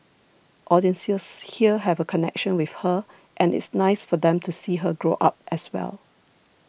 audiences here have a connection with her and it's nice for them to see her grow up as well